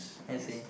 I see